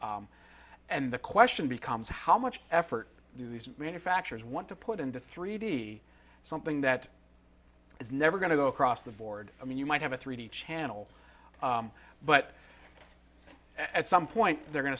it and the question becomes how much effort do these manufacturers want to put into three d something that is never going to go across the board i mean you might have a three d channel but at some point they're going